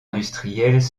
industriels